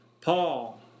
Paul